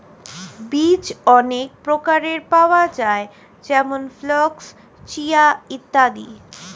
বীজ অনেক প্রকারের পাওয়া যায় যেমন ফ্ল্যাক্স, চিয়া ইত্যাদি